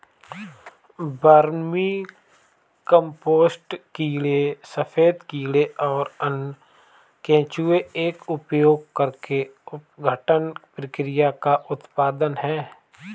vermicompost कीड़े सफेद कीड़े और अन्य केंचुए का उपयोग करके अपघटन प्रक्रिया का उत्पाद है